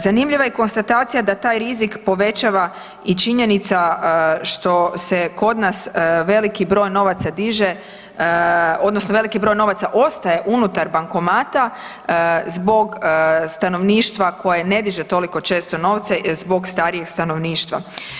Zanimljiva je konstatacija da taj rizik povećava i činjenica što se kod nas veliki broj novaca diže odnosno veliki broj novaca ostaje unutar bankomata zbog stanovništva koje ne diže toliko često novce, zbog starijeg stanovništva.